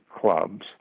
clubs